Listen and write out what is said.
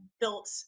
built